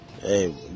Hey